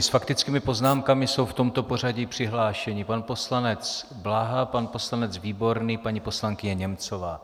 S faktickými poznámkami jsou v tomto pořadí přihlášeni: pan poslanec Blaha, pan poslanec Výborný, paní poslankyně Němcová.